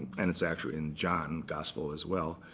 and it's actually in john gospel as well.